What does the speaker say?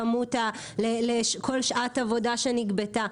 לכל שעת עבודה שנגבתה,